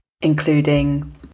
including